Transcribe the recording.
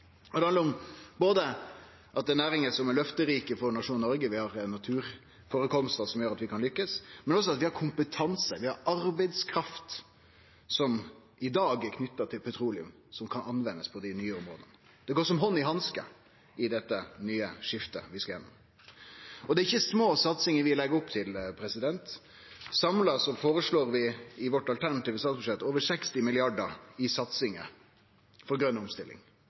Det handlar om at det er næringar som er løfterike for nasjonen Noreg – vi har naturførekomstar som gjer at vi kan lukkast – men også at vi har kompetanse. Vi har arbeidskraft som i dag er knytt til petroleum, og som kan brukast på dei nye områda. Det går som hand i hanske i dette nye skiftet vi skal gjennom. Det er ikkje små satsingar vi legg opp til. Samla føreslår vi i vårt alternative statsbudsjett over 60 mrd. kr i satsingar for grøn omstilling